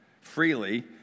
freely